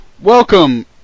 Welcome